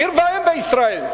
עיר ואם בישראל,